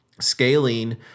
Scaling